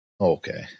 Okay